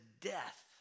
death